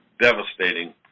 devastating